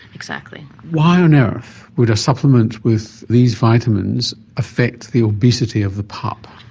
exactly. why on earth would a supplement with these vitamins affect the obesity of the pup?